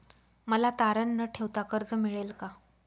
मला तारण न ठेवता कर्ज मिळेल का?